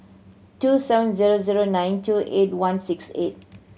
two seven zero zero nine two eight one six eight